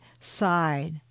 side